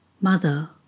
Mother